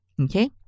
Okay